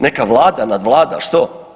Neka Vlada, nadvlada, što?